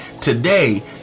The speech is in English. Today